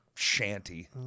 Shanty